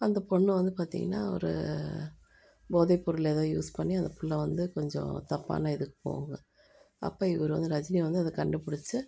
அந்த பொண்ணு வந்து பார்த்தீங்கன்னா ஒரு போதைப்பொருள் ஏதோ யூஸ் பண்ணி அந்த பிள்ள வந்து கொஞ்சம் தப்பான இதுக்கு போகுங்க அப்போ இவர் வந்து ரஜினி வந்து அதை கண்டுப்பிடிச்சி